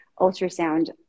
ultrasound